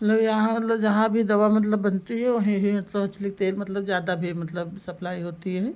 मतलब यहाँ मतलब जहाँ भी दवा मतलब बनती है वहीं हीं मतलब मछली के तेल मतलब ज़्यादा भी मतलब सप्लाई होती है